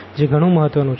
જે ગણું મહત્વ નું છે